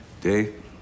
Dave